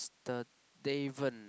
the Daven